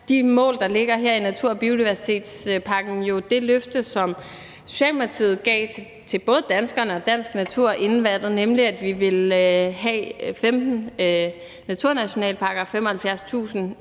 de mål, der ligger her i natur- og biodiversitetspakken, jo det løfte, som Socialdemokratiet gav både danskerne og dansk natur inden valget, nemlig at vi ville have 15 naturnationalparker og 75.000